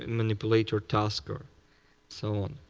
manipulator task or so on.